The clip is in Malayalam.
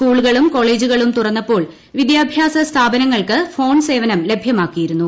സ്കൂളുകളും കോളേജുകളും തുറന്നപ്പോൾ വിദ്യാഭ്യാസ സ്ഥാപനങ്ങൾക്ക് ഫോൺ സേവനം ലഭ്യമാക്കിയിരുന്നു